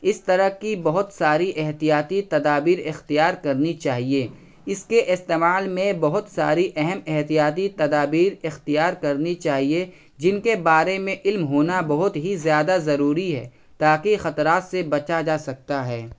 اس طرح کی بہت ساری احتیاطی تدابیر اختیار کرنی چاہیے اس کے استعمال میں بہت ساری اہم احتیاطی تدابیر اختیار کرنی چاہیے جن کے بارے میں علم ہونا بہت ہی زیادہ ضروری ہے تاکہ خطرات سے بچا جا سکتا ہے